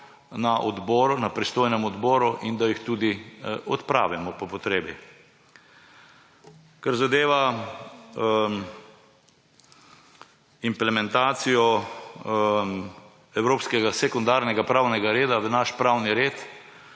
predebatirajo na pristojnem odboru, in da jih tudi odpravimo po potrebi. Kar zadeva implementacijo evropskega sekundarnega pravnega reda v naš pravni red,